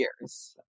years